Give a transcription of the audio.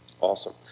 Awesome